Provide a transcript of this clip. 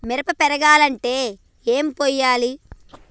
మిరప పెరగాలంటే ఏం పోయాలి?